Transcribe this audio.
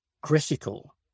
critical